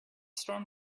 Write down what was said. storm